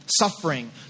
Suffering